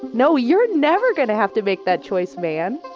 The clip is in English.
no you're never going to have to make that choice, man,